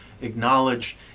acknowledge